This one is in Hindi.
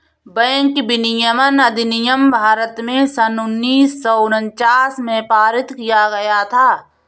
बैंक विनियमन अधिनियम भारत में सन उन्नीस सौ उनचास में पारित किया गया था